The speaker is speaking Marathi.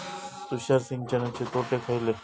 तुषार सिंचनाचे तोटे खयले?